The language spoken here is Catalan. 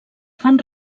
fan